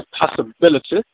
possibility